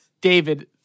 David